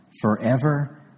forever